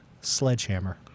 Sledgehammer